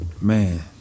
man